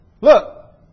Look